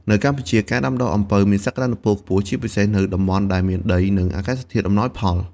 នៅកម្ពុជា ការដាំដុះអំពៅមានសក្តានុពលខ្ពស់ ជាពិសេសនៅតំបន់ដែលមានដី និងអាកាសធាតុអំណោយផល។